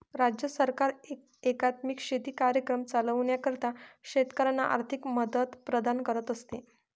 राज्य सरकार एकात्मिक शेती कार्यक्रम चालविण्याकरिता शेतकऱ्यांना आर्थिक मदत प्रदान करत असते